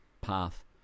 path